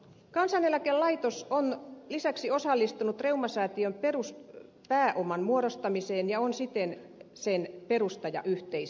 kansaneläkelaitos on lisäksi osallistunut reumasäätiön peruspääoman muodostamiseen ja on siten sen perustajayhteisö